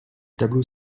tableau